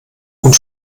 und